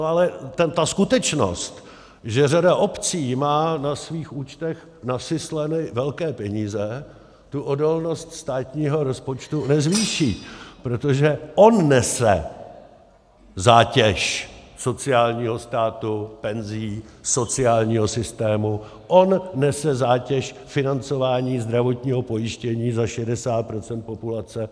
Ale ta skutečnost, že řada obcí má na svých účtech nasysleny velké peníze, tu odolnost státního rozpočtu nezvýší, protože on nese zátěž sociálního státu, penzí, sociálního systému, on nese zátěž financování zdravotního pojištění za 60 % populace.